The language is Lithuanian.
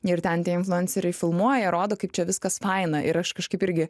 ir ten tie influenceriai filmuoja rodo kaip čia viskas faina ir aš kažkaip irgi